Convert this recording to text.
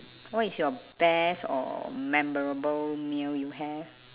what is your best or memorable meal you have